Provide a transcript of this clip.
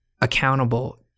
accountable